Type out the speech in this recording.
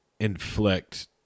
inflect